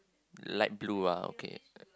light blue ah okay uh